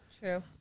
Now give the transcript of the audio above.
True